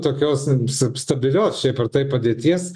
tokios sta stabilios šiaip ar taip padėties